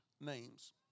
names